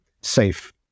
safe